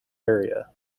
area